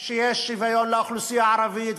שיש שוויון לאוכלוסייה הערבית,